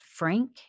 Frank